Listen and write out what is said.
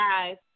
guys